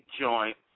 joint